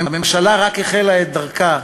הממשלה רק החלה את דרכה,